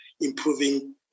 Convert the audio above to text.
improving